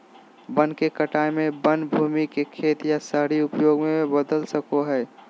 वन के कटाई में वन भूमि के खेत या शहरी उपयोग में बदल सको हइ